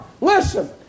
Listen